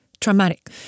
traumatic